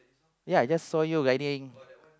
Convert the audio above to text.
ya I just saw you wedding